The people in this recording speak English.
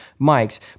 mics